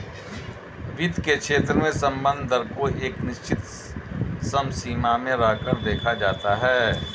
वित्त के क्षेत्र में संदर्भ दर को एक निश्चित समसीमा में रहकर देखा जाता है